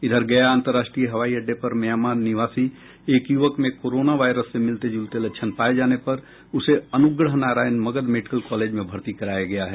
इधर गया अंतर्राष्ट्रीय हवाई अड्डे पर म्यांमार निवासी एक युवक में कोरोना वायरस से मिलते जुलते लक्षण पाये जाने पर उसे अनुग्रह नारायण मगध मेडिकल कॉलेज में भर्ती कराया गया है